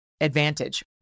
advantage